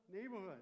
neighborhood